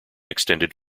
extended